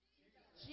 Jesus